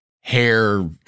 hair